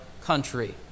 country